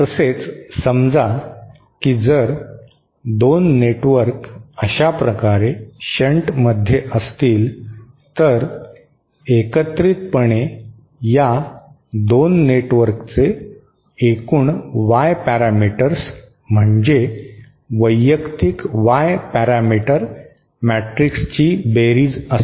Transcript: तसेच समजा की जर 2 नेटवर्क अशाप्रकारे शन्ट मध्ये असतील तर एकत्रितपणे या 2 नेटवर्कचे एकूण वाय पॅरामीटर्स म्हणजे वैयक्तिक वाय पॅरामीटर मॅट्रिक्सची बेरीज असते